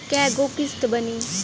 कय गो किस्त बानी?